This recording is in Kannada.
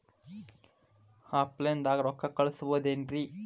ಆಫ್ಲೈನ್ ದಾಗ ರೊಕ್ಕ ಕಳಸಬಹುದೇನ್ರಿ?